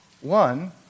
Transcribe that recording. One